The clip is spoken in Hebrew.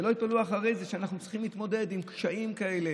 שלא יתפלאו אחרי זה שאנחנו צריכים להתמודד עם קשיים כאלה,